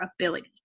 ability